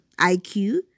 IQ